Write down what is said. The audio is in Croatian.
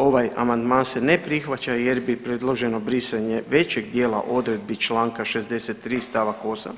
Ovaj amandman se ne prihvaća, jer bi predloženo brisanje većeg dijela odredbi članka 63. stavak 8.